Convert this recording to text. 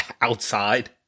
outside